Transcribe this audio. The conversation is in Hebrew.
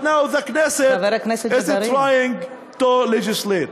that now the Knesset is trying to legislate,